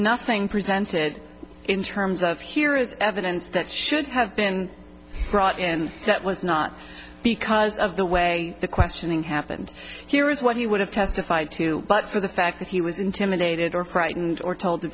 nothing presented in terms of here is evidence that should have been brought and that was not because of the way the questioning happened here is what he would have testified to but the fact that he was intimidated or crighton or told to